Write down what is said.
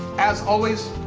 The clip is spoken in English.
as always,